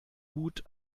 gut